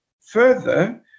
Further